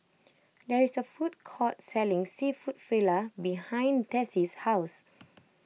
there is a food court selling Seafood Paella behind Tessie's house